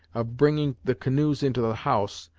of bringing the canoes into the house,